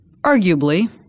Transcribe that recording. arguably